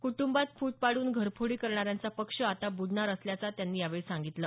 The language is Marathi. कुटंबात फूट पाडून घरफोडी करणाऱ्यांचा पक्ष आता ब्रडणार असल्याचा त्यांनी यावेळी सांगितलं